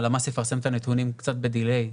הלמ"ס יפרסם את הנתונים קצת בדיליי,